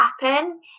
happen